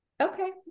Okay